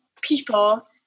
people